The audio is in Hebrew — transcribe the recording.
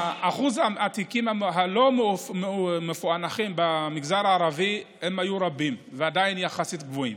התיקים הלא-מפוענחים במגזר הערבי הם רבים והאחוזים עדיין יחסית גבוהים.